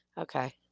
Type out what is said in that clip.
Okay